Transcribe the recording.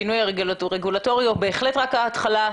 שינוי רגולטורי הוא בהחלט רק ההתחלה.